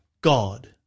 God